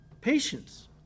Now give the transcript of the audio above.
patience